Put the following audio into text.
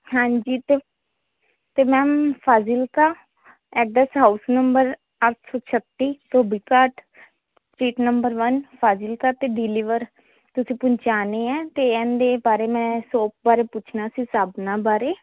ਹਾਂਜੀ ਤੇ ਤੇ ma'am Fazilka address house number ਅੱਠ ਸੋ ਛੱਤੀ Dhobi Ghat seat number one Fazilka ਤੇ ਡਿਲੀਵਰ ਤੁਸੀਂ ਪਹੁੰਚਾਣੇ ਹੈ ਤੇ ਐਹਨਦੇ ਬਾਰੇ ਮੈਂ ਸੋਪ ਬਾਰੇ ਪੁੱਛਣਾ ਸੀ ਸਾਬਣਾ ਬਾਰੇ